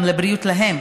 לבריאות גם להם,